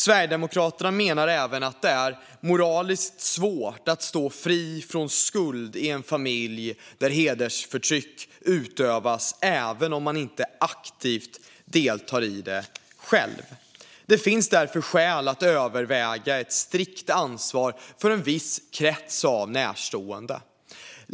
Sverigedemokraterna menar även att det är moraliskt svårt att stå fri från skuld i en familj där hedersförtryck utövas även om man inte aktivt deltar i det själv. Det finns därför skäl att överväga ett strikt ansvar för en viss krets av närstående.